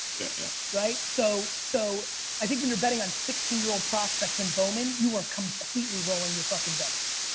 yeah, yeah. right, so so i think when you're betting on sixteen year old prospects and bowman, you are completely rolling your fucking dice.